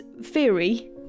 theory